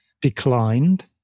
declined